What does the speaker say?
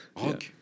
rock